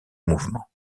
mouvement